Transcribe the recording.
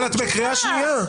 את בקריאה שנייה.